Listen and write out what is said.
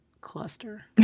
cluster